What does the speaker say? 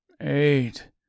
eight